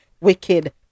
wicked